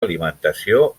alimentació